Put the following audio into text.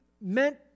meant